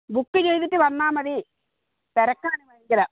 book ചെയ്തിട്ട് വന്നാൽമതി തിരക്കാണ് ഭയങ്കര